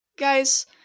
Guys